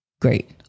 Great